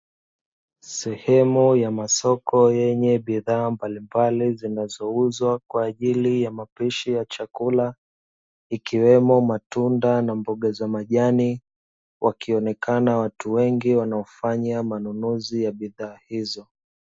Sehemu ya masoko yenye bidhaa mbalimbali zinazouzwa kwa ajili ya mapishi ya chakula ikiwemo matunda na mboga za majani, wakionekana watu wengi wanaofanya manunuzi ya bidhaa hizo.